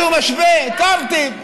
קרטיב.